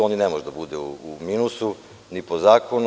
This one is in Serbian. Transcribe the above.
On i ne može da bude u minusu ni po zakonu.